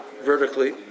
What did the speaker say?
vertically